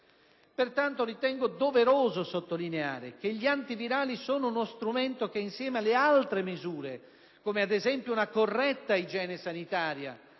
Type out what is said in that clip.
Pertanto, ritengo doveroso sottolineare che gli antivirali sono uno strumento che insieme alle altre misure come, ad esempio, una corretta igiene sanitaria